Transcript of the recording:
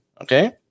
okay